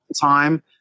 time